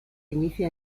inicia